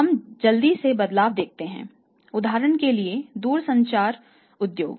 हम जल्दी से बदलाव देखते हैं उदाहरण के लिए दूरसंचार उद्योग